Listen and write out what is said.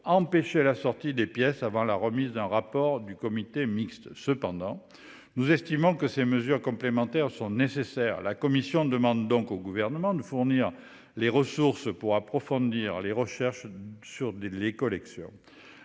empêcher la sortie des pièces avant la remise du rapport du comité mixte. Néanmoins, nous estimons que des mesures complémentaires sont nécessaires. La commission demande donc au Gouvernement de fournir des ressources pour approfondir les recherches sur les collections.